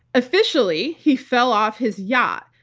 officially, he fell off his yacht.